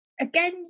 again